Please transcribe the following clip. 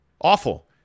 Awful